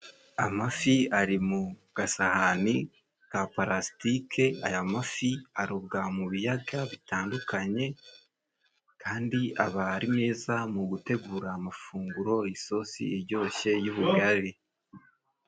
Amafi ari mu gasahani ka palasitike, aya mafi arobwa mu biyaga bitandukanye, kandi aba ari meza mu gutegura amafunguro, isosi ijyoshye y'ubugari.